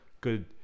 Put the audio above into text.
Good